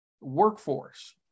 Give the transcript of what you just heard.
workforce